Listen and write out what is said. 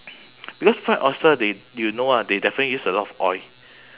because fried oyster they you know ah they definitely use a lot of oil